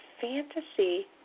fantasy